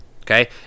okay